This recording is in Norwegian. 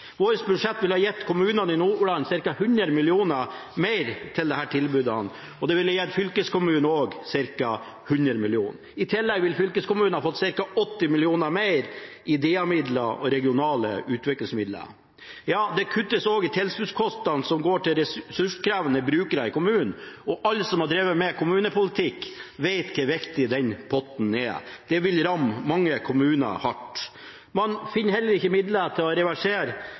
Vårt budsjett ville ha gitt kommunene i Nordland ca. 100 mill. kr mer til disse tilbudene, og det ville også gitt fylkeskommunen ca. 100 mill. kr. I tillegg ville fylkeskommunen fått ca. 80 mill. kr mer i DA-midler og regionale utviklingsmidler. Det kuttes også i tilskuddspostene som går til ressurskrevende brukere i kommunen, og alle som har drevet med kommunepolitikk, vet hvor viktig den potten er. Dette vil ramme mange kommuner hardt. Man finner heller ikke midler til å reversere